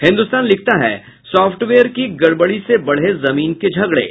हिन्द्रस्तान लिखता है सॉफ्टवेयर की गड़बड़ी से बढ़े जमीन के झगड़े